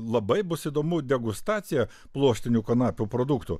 labai bus įdomu degustacija pluoštinių kanapių produktų